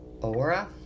Aura